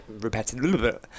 repetitive